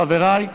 חבריי,